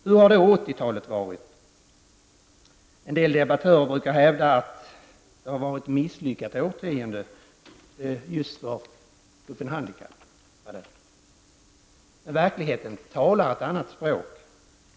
Hur har då 80-talet varit? En del debattörer brukar hävda att det har varit ett misslyckat årtionde just för gruppen handikappade. Men verkligheten talar ett annat språk.